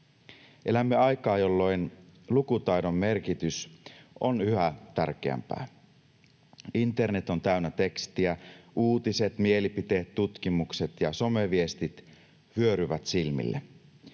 Elämme aikaa, jolloin lukutaidon merkitys on yhä tärkeämpää. Internet on täynnä tekstiä. Uutiset, mielipiteet, tutkimukset ja someviestit vyöryvät silmille.